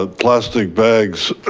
ah plastic bags,